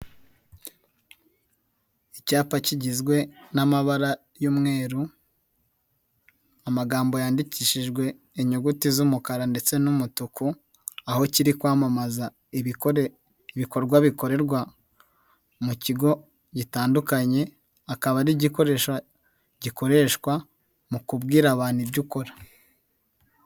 Icyapa kigizwe n'amabara y'umweru, amagambo yandikishijwe inyuguti z'umukara ndetse n'umutuku, aho kiri kwamamaza ibikorwa bikorerwa mu kigo gitandukanye, akaba ari igikoresho gikoreshwa mu kubwira abantu ibyo ukora.